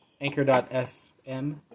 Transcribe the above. Anchor.fm